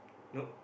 nope